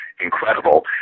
Incredible